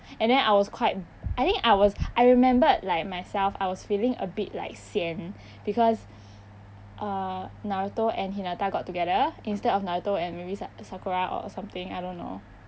and then I was quite I think I was I remembered like myself I was feeling a bit like sian because uh naruto and hinata got together instead of naruto and maybe sa~ sakura or something I don't know